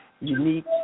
unique